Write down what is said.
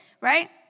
right